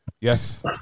Yes